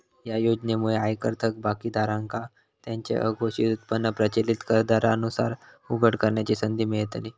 या योजनेमुळे आयकर थकबाकीदारांका त्यांचो अघोषित उत्पन्न प्रचलित कर दरांनुसार उघड करण्याची संधी मिळतली